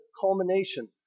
culmination